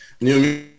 new